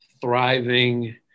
thriving